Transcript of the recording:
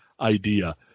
idea